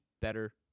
better